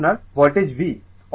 এবং এটি আমার ভোল্টেজ V